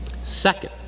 Second